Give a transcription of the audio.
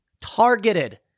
targeted